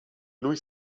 lui